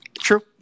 True